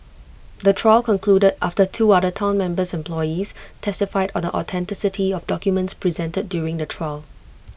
the trial concluded after two other Town members employees testified or the authenticity of documents presented during the trial